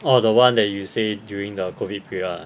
orh the one that you say during the COVID period [one] ah